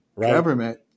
government